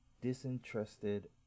disinterested